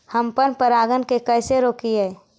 हम पर परागण के कैसे रोकिअई?